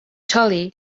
tully